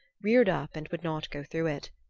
reared up and would not go through it.